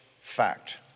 fact